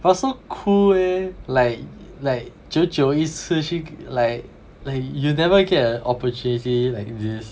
but sound cool leh like like 久久一次去 like like you'll never get an opportunity like this